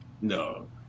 No